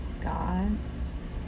gods